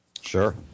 Sure